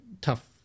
tough